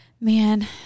man